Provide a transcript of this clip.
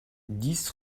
dix